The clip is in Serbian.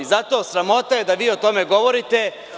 Zato, sramota je da vi o tome govorite.